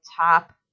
top